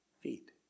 feet